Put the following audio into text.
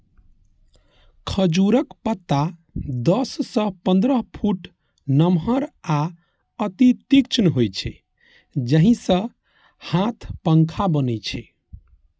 खजूरक पत्ता दस सं पंद्रह फुट नमहर आ अति तीक्ष्ण होइ छै, जाहि सं हाथ पंखा बनै छै